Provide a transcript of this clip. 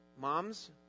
Moms